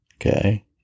Okay